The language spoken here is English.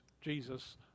Jesus